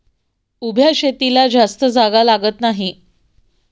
उभ्या शेतीला जास्त जागा लागत नाही